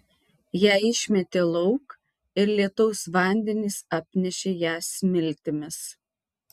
ją išmetė lauk ir lietaus vandenys apnešė ją smiltimis